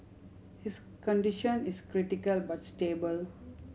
his condition is critical but stable